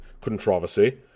controversy